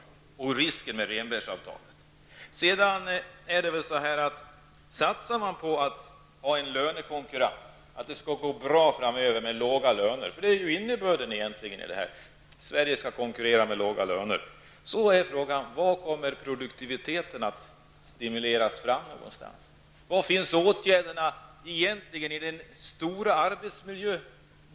Det gäller också den oro som människor känner inför risken med Satsar man på en lönekonkurrens och på att det skall gå bra framöver med låga löner -- det är ju innebörden här, dvs. att Sverige skall konkurrera med låga löner -- uppstår frågan: Var kommer produktiviteten att så att säga stimuleras fram, och hur är det egentligen med åtgärderna när det gäller det stora arbetsmiljöområdet?